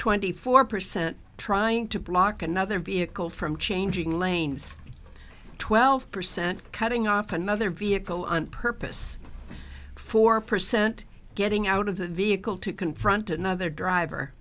twenty four percent trying to block another vehicle from changing lanes twelve percent cutting off another vehicle on purpose four percent getting out of the vehicle to confront another driver